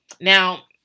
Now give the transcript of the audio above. Now